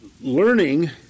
learning